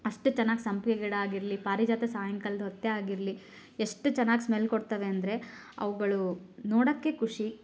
ಅಷ್ಟು ಚೆನ್ನಾಗಿ ಸಂಪಿಗೆ ಗಿಡ ಆಗಿರಲಿ ಪಾರಿಜಾತ ಸಾಯಂಕಾಲದ ಹೊತ್ತೇ ಆಗಿರಲಿ ಎಷ್ಟು ಚೆನ್ನಾಗಿ ಸ್ಮೆಲ್ ಕೊಡ್ತಾವೆ ಅಂದರೆ ಅವ್ಗಳು ನೋಡೋಕ್ಕೆ ಖುಷಿ